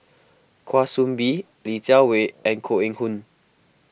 Kwa Soon Bee Li Jiawei and Koh Eng Hoon